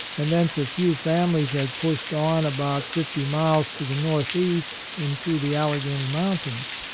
and thence a few families had pushed on about fifty miles to the northeast into the allegheny mountains.